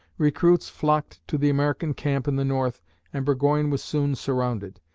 recruits flocked to the american camp in the north and burgoyne was soon surrounded.